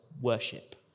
worship